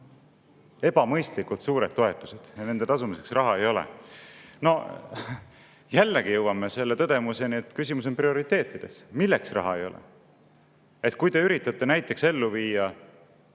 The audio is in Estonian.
ebamõistlikult suured toetused ja nende tasumiseks raha ei ole. Jällegi jõuame selle tõdemuseni, et küsimus on prioriteetides. Milleks raha ei ole? Kui te üritate näiteks ellu viia